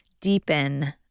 deepen